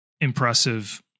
impressive